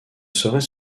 saurait